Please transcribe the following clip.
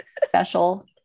special